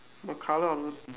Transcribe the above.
the colour of the